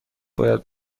باید